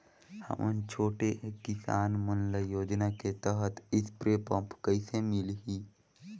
हमन छोटे किसान मन ल योजना के तहत स्प्रे पम्प कइसे मिलही?